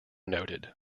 noted